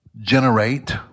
generate